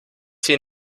sie